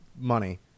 money